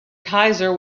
keyser